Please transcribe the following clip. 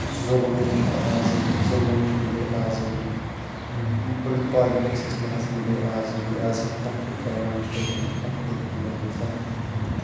ظُلمہٕ نِش آیہِ آزٲدی ظُلمہٕ نِش مِلے آزٲدی پُل پالٹِکسَس لحاظ مِلے آزٲدی حظ ہیٚکہِ کانٛہہ تہِ پرایِم مِنسٹر بٔنِتھ کانٛہہ تہِ ہیٚکہِ ایم ایل اے کانٛہہ تہِ ہیٚکہِ بٔنِتھ